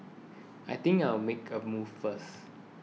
I think I'll make a move first